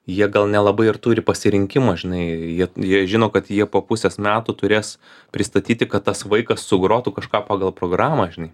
jie gal nelabai ir turi pasirinkimo žinai jie jie žino kad jie po pusės metų turės pristatyti kad tas vaikas sugrotų kažką pagal programą žinai